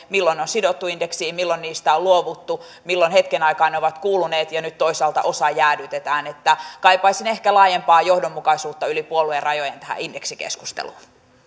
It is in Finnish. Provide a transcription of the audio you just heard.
milloin ne on sidottu indeksiin milloin niistä on luovuttu milloin hetken aikaa ne ovat kuuluneet ja nyt toisaalta osa jäädytetään kaipaisin siis ehkä laajempaa johdonmukaisuutta yli puoluerajojen tähän indeksikeskusteluun